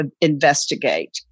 investigate